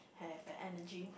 have the energy